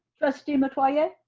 trustee metoyer? yeah